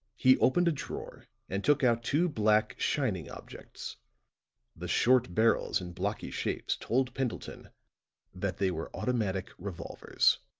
he opened a drawer and took out two black shining objects the short barrels and blocky shapes told pendleton that they were automatic revolvers.